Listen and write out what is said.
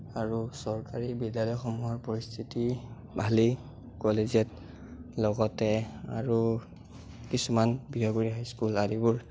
আৰু চৰকাৰী বিদ্যালয়সমূহৰ পৰিস্থিতি ভালেই কলেজিয়েট লগতে আৰু কিছুমান বিহগুৰি হাই স্কুল আদিবোৰ